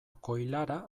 koilara